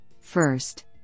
first